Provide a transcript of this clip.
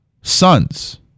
sons